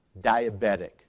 diabetic